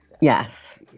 Yes